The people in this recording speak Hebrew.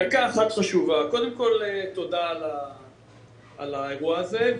קודם כל תודה על האירוע הזה.